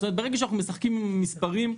ברגע שאנחנו משחקים עם המספרים,